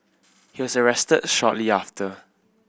he was arrested shortly after